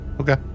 Okay